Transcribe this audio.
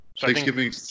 Thanksgiving